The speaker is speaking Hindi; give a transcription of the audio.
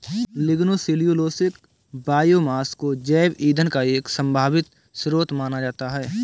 लिग्नोसेल्यूलोसिक बायोमास को जैव ईंधन का एक संभावित स्रोत माना जाता है